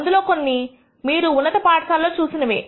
అందులో కొన్ని మీరు ఉన్నత పాఠశాలలో చూసినవే